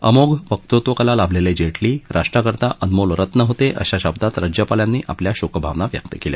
अमोघ वक्तृत्वकला लाभलेले जेटली राष्ट्राकरिता अनमोल रत्न होते अशा शब्दात राज्यपालांनी आपल्या शोक भावना व्यक्त केल्या